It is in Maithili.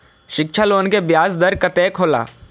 शिक्षा लोन के ब्याज दर कतेक हौला?